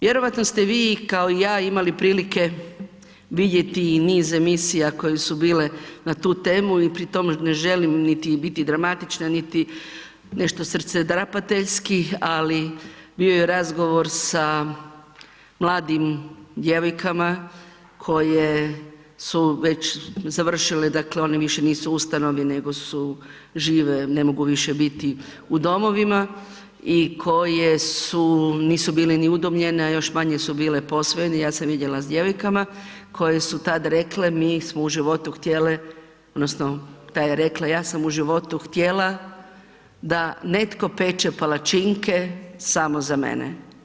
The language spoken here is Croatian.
Vjerojatno ste vi kao i ja imali prilike vidjeti i niz emisija koja su bile na tu temu i pri tom ne želim niti biti dramatična niti nešto srcedrapateljski, ali bio je razgovor sa mladim djevojkama koje su već završile dakle, one više nisu u ustanovi, nego su, žive, ne mogu više biti u domovima i koje su, nisu bile ni udomljene, a još manje su bile posvojene, ja sam vidjela s djevojkama koje su tad rekle, mi smo u životu htjele, odnosno ta je rekla, ja sam u životu htjela da netko peče palačinke samo za mene.